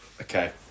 Okay